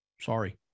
Sorry